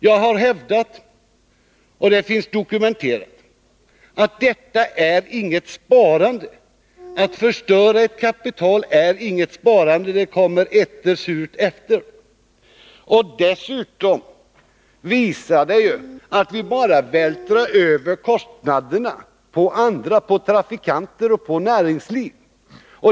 Jag har hävdat — och det finns dokumenterat — att det inte är något sparande att förstöra kapital. Det kommer surt efter. Dessutom visar det sig ju att ni bara vill vältra över kostnaderna på andra: på trafikanter, kommuner och på näringsliv.